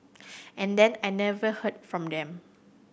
and then I never heard from them